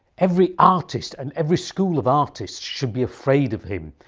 every artist and every school of artists should be afraid of him,